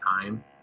time